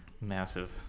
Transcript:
massive